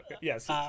yes